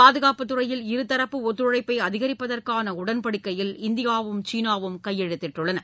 பாதுகாப்புத் துறையில் இருதரப்பு ஒத்துழைப்பை அதிகரிப்பதற்கான உடன்படிக்கையில் இந்தியாவும் சீனாவும் கையெழுத்திட்டுள்ளன